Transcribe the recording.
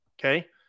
Okay